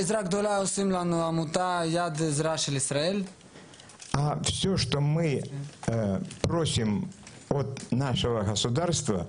העמותה יד עזרה לישראל נותנת לנו עזרה גדולה.